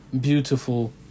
beautiful